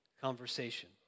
conversation